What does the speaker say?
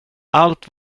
allt